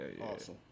awesome